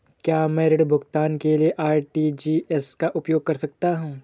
क्या मैं ऋण भुगतान के लिए आर.टी.जी.एस का उपयोग कर सकता हूँ?